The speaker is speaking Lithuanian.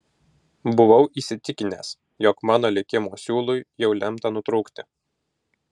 buvau įsitikinęs jog mano likimo siūlui jau lemta nutrūkti